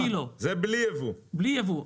בלי יבוא.